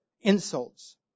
Insults